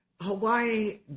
Hawaii